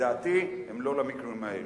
לדעתי הם לא למקרים האלה.